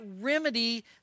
remedy